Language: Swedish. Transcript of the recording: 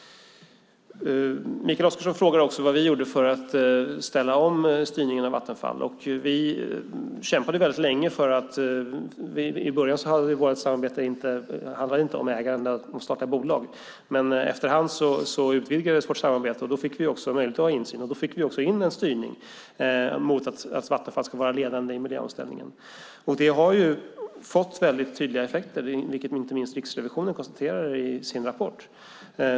Mikael Oscarsson frågar vad vi gjorde för att ställa om styrningen av Vattenfall. Vi kämpade länge. I början av vårt samarbete handlade det inte om ägande utan om att starta bolag. Men efter hand utvidgades vårt samarbete, och då fick vi möjlighet till insyn. Då fick vi också in en styrning i riktning mot att Vattenfall ska vara ledande i miljöomställningen. Detta har fått tydliga effekter, vilket inte minst Riksrevisionen konstaterar i sin rapport.